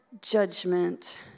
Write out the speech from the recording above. judgment